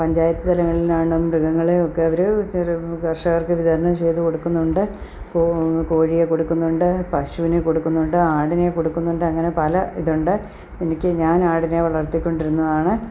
പഞ്ചായത്ത് തലങ്ങളിലാണ് മൃഗങ്ങളെയൊക്കെ അവർ ചെറു കർഷകർക്ക് വിതരണം ചെയ്ത് കൊടുക്കുന്നുണ്ട് കോഴിയെ കൊടുക്കുന്നുണ്ട് പശുവിനെ കൊടുക്കുന്നുണ്ട് ആടിനെ കൊടുക്കുന്നുണ്ട് അങ്ങനെ പല ഇതുണ്ട് എനിക്ക് ഞാൻ ആടിനെ വളർത്തി കൊണ്ട് ഇരുന്നതാണ്